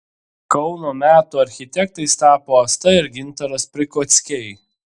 kauno metų architektais tapo asta ir gintaras prikockiai